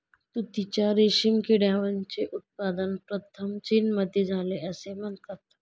तुतीच्या रेशीम किड्याचे उत्पादन प्रथम चीनमध्ये झाले असे म्हणतात